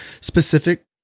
specific